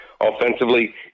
offensively